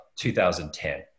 2010